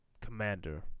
commander